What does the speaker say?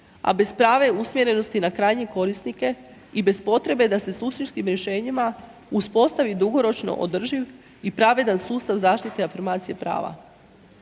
a bez prave usmjerenosti na krajnje korisnike i bez potrebe da se suštinskim rješenjima uspostavi dugoročno održiv i pravedan sustav zaštite afirmacije prava.